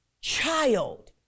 child